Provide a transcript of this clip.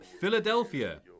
Philadelphia